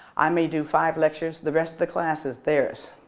i may do five lectures. the rest of the class is theirs,